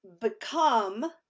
become